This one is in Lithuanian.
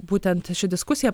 būtent ši diskusija